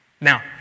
Now